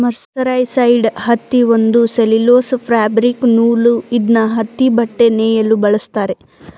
mercerised ಹತ್ತಿ ಒಂದು cellulose fabric ನೂಲು ಇದ್ನ ಹತ್ತಿಬಟ್ಟೆ ನೇಯಲು ಬಳಸ್ತಾರೆ